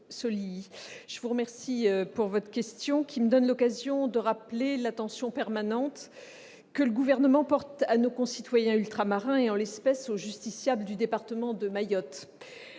je vous remercie de votre question, qui me donne l'occasion de rappeler l'attention que le Gouvernement porte en permanence à nos concitoyens ultramarins et, en l'espèce, aux justiciables du département de Mayotte.